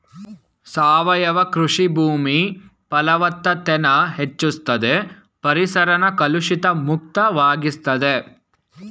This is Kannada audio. ಸಾವಯವ ಕೃಷಿ ಭೂಮಿ ಫಲವತ್ತತೆನ ಹೆಚ್ಚುಸ್ತದೆ ಪರಿಸರನ ಕಲುಷಿತ ಮುಕ್ತ ವಾಗಿಸ್ತದೆ